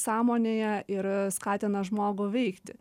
sąmonėje ir skatina žmogų veikti